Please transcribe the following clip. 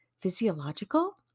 physiological